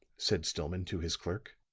said stillman to his clerk.